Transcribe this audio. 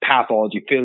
Pathology